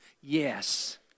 Yes